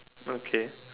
okay